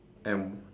and